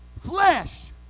flesh